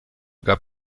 gab